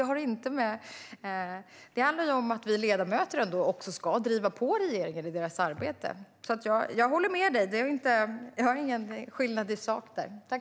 Så är det.